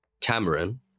Cameron